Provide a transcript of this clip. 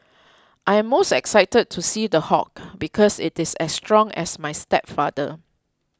I'm most excited to see The Hulk because it is as strong as my stepfather